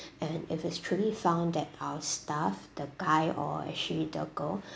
and if it's truly found that our staff the guy or actually the girl